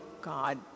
God